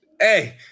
Hey